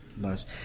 Nice